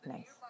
Nice